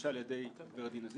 שגובשה על-ידי הגב' דינה זילבר,